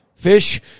Fish